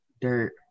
dirt